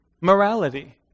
morality